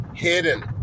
hidden